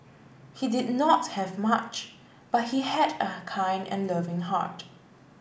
he did not have much but he had a kind and loving heart